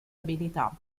abilità